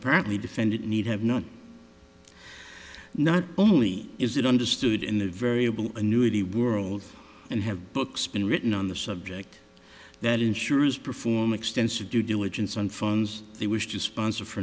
apparently defend it need have not not only is it understood in the variable annuity world and have books been written on the subject that insurers perform extensive due diligence on phones they wish to sponsor for